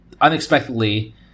unexpectedly